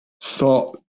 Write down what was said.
thought